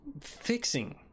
fixing